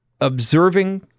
observing